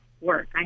work